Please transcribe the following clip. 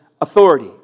authority